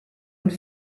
und